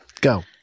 go